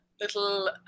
little